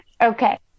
Okay